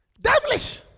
Devilish